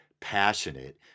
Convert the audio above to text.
passionate